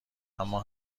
اما